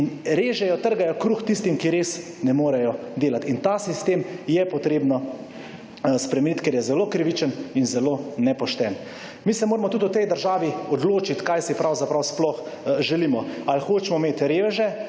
in režejo, trgajo kruh tistim, ki res ne morejo delati. In ta sistem je potrebno spremeniti, ker je zelo krivičen in zelo nepošten. Mi se moramo tudi v tej državi odločiti kaj si pravzaprav sploh želimo. Ali hočemo imeti reveže